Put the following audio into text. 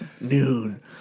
noon